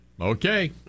Okay